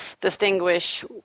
distinguish